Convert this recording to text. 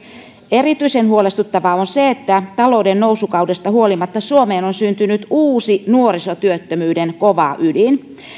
erityisen huolestuttavaa on se että talouden nousukaudesta huolimatta suomeen on syntynyt uusi nuorisotyöttömyyden kova ydin